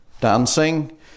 dancing